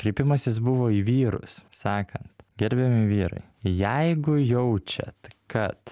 kreipimasis buvo į vyrus sakant gerbiami vyrai jeigu jaučiat kad